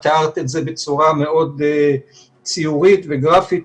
את תיארת את זה בצורה מאוד ציורית וגרפית,